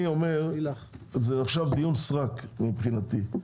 עכשיו דיון סרק מבחינתי.